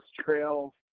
trail